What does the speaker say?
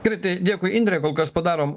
gerai tai dėkui indre kol kas padarom